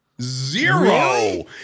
Zero